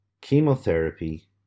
chemotherapy